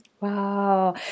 wow